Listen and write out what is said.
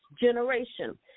generation